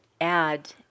add